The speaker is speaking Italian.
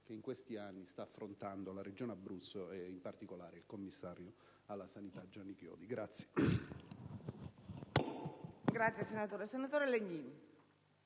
che in questi anni sta affrontando la Regione Abruzzo e in particolare il commissario alla sanità Gianni Chiodi.